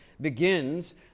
begins